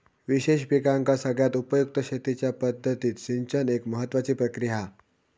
विशेष पिकांका सगळ्यात उपयुक्त शेतीच्या पद्धतीत सिंचन एक महत्त्वाची प्रक्रिया हा